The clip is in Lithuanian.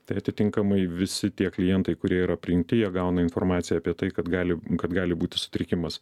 tai atitinkamai visi tie klientai kurie yra priimti jie gauna informaciją apie tai kad gali kad gali būti sutrikimas